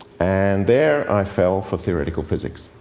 and there, i fell for theoretical physics.